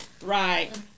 Right